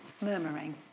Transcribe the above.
murmuring